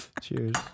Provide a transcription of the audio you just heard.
Cheers